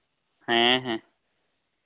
ᱦᱮᱸ ᱦᱮᱸ